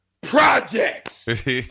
projects